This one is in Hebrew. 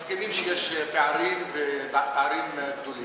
מסכימים שיש פערים והפערים גדולים.